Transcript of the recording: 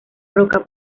roca